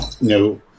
no